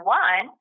one